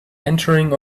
entering